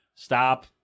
Stop